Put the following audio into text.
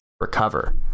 recover